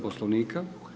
Poslovnika.